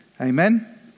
Amen